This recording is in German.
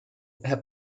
herr